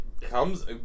Comes